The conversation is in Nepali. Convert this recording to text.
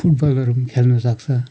फुटबलहरू पनि खेल्नु सक्छ